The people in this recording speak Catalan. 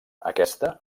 aquesta